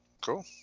Cool